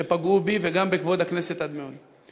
שפגעו בי וגם בכבוד הכנסת עד מאוד.